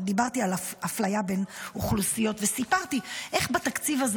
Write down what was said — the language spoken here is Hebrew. דיברתי על אפליה בין אוכלוסיות וסיפרתי איך בתקציב הזה